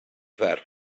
that